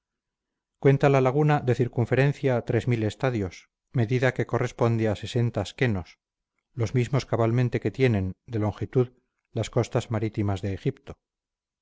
cuenta la laguna de circunferencia estadios medida que corresponde a schenos los mismos cabalmente que tienen de longitud las costas marítimas de egipto